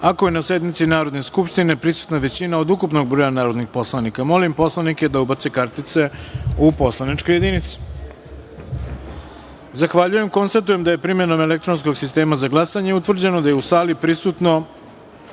ako je na sednici Narodne skupštine prisutna većina od ukupnog broja narodnih poslanika. Molim poslanike da ubace kartice u poslaničke jedinice. Zahvaljujem. Konstatujem da je primenom elektronskog sistema za glasanje utvrđeno da je u sali prisutno